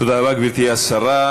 תודה רבה, גברתי השרה.